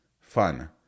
fun